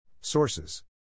Sources